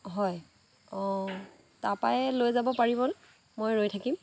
হয় অঁ তাৰপৰাই লৈ যাব পাৰিবনে মই ৰৈ থাকিম